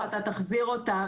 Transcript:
ברגע שאתה תחזיר אותם,